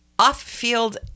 Off-field